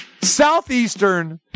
Southeastern